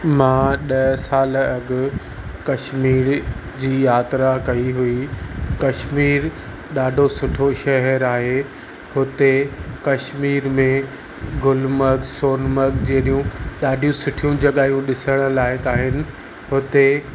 मां ॾह सालु अॻु कश्मीर जी यात्रा कई हुई कश्मीर ॾाढो सुठो शहरु आहे हुते कश्मीर में गुलमर्ग सोलमर्ग जहिड़ियूं ॾाढियूं सुठियूं जॻहियूं ॾिसण लाइ ताहिल हुते